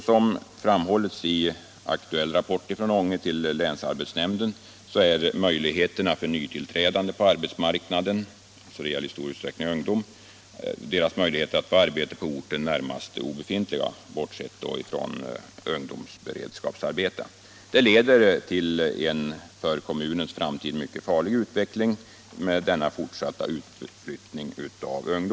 Som framhållits i en aktuell rapport från Ånge till länsarbetsnämnden är möjligheterna för nytillträdande på arbetsmarknaden — alltså i stor utsträckning ungdom -— att få arbete på orten närmast obefintliga, bortsett från ungdomsberedskapsarbeten. Denna fortsatta utflyttning av ungdom leder till en för kommunens framtid mycket farlig utveckling.